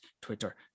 twitter